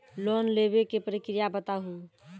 Loan लेवे के प्रक्रिया बताहू?